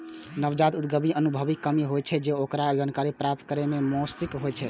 नवजात उद्यमी कें अनुभवक कमी होइ छै आ ओकरा जानकारी प्राप्त करै मे मोश्किल होइ छै